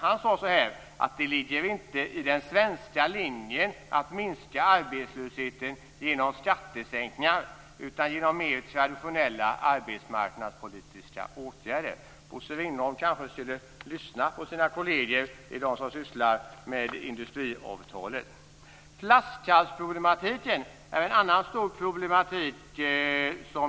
Han sade så här: Det ligger inte i den svenska linjen att minska arbetslösheten genom skattesänkningar utan genom mer traditionella arbetsmarknadspolitiska åtgärder. Bosse Ringholm kanske skulle lyssna på sina kolleger i dag som sysslar med industriavtalen. Flaskhalsproblematiken är en annan stor fråga.